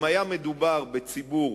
אם היה מדובר בציבור